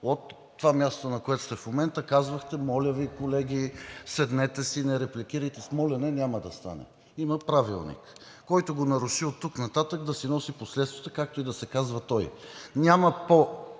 От това място, на което сте в момента, казвахте: „Моля Ви, колеги, седнете си, не репликирайте“ – с молене няма да стане, има Правилник. Който го наруши оттук нататък, да си носи последствията, както и да се казва той. Няма повече